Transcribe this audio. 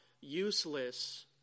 useless